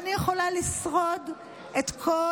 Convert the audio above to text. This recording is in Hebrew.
תסגרי את המשרד ותחזירי את הכסף.